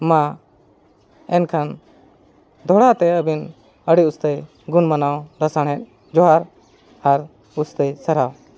ᱱᱚᱣᱟ ᱮᱱᱠᱷᱟᱱ ᱫᱚᱦᱲᱟ ᱛᱮ ᱟᱹᱵᱤᱱ ᱟᱹᱰᱤ ᱛᱮᱫ ᱜᱩᱱ ᱢᱟᱱᱟᱣ ᱞᱟᱥᱟᱲᱦᱮᱫ ᱡᱚᱸᱦᱟᱨ ᱟᱨ ᱢᱚᱡᱽ ᱛᱮ ᱥᱟᱨᱦᱟᱣ